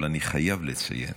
אבל אני חייב לציין